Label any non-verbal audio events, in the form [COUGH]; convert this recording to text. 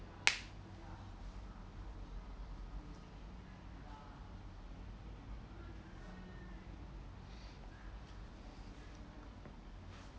[BREATH]